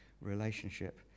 relationship